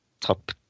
top